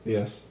Yes